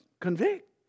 convict